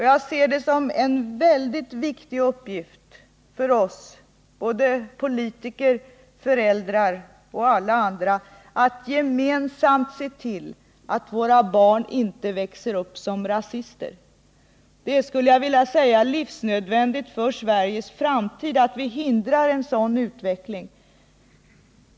Jag ser det som en mycket viktig uppgift för oss — både politiker, föräldrar och andra — att gemensamt se till att våra barn inte växer upp som rasister. Det är, skulle jag vilja säga, livsnödvändigt för Sveriges framtid att vi hindrar en sådan utveckling.